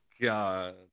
God